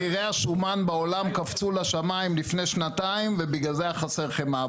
מחירי השומן בעולם קפצו לשמיים לפני שנתיים ובגלל זה היה חסר חמאה.